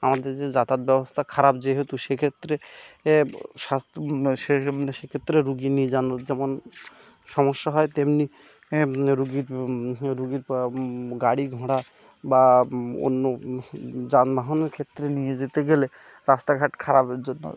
আমাদের যে যাতায়াত ব্যবস্থা খারাপ যেহেতু সেক্ষেত্রে এ স্বাস্থ্য সেক্ষেত্রে রোগী নিয়ে যাওয়ানো যেমন সমস্যা হয় তেমনি রোগীর রোগীর গাড়ি ঘোড়া বা অন্য যানবাহনের ক্ষেত্রে নিয়ে যেতে গেলে রাস্তাঘাট খারাপের জন্য